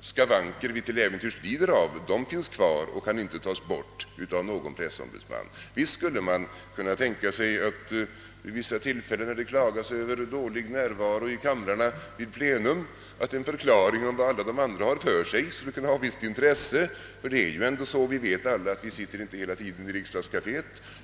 skavanker vi till äventyrs lider av finns kvar och kan inte tas bort av en pressombudsman. Visst skulle man kunna tänka sig, när det t.ex. klagas över dålig närvaro i kamrarna vid plenum, att en förklaring om vad alla de andra har för sig skulle vara av ett visst intresse. Vi sitter ju inte alla hela tiden i riksdagskaféet.